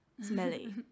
smelly